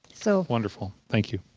so wonderful, thank you.